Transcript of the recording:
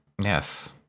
Yes